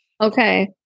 Okay